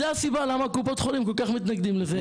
זו הסיבה למה קופות החולים כל כך מתנגדים לזה.